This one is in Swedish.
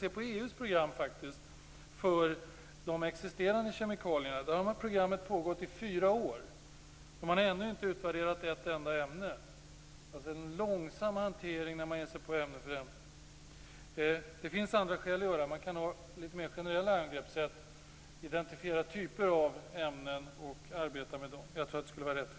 EU:s program för de existerande kemikalierna har pågått i fyra år, och man har ännu inte utvärderat ett enda ämne. Det handlar alltså om en långsam hantering när man ger sig på ämne för ämne. Det finns andra vägar att gå. Man kan ha litet mer generella angreppssätt, identifiera typer av ämnen och arbeta med dem. Jag tror att det skulle vara rätt väg.